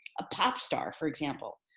a pop star for example,